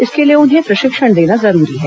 इसके लिए उन्हें प्रशिक्षण देना जरूरी है